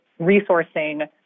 resourcing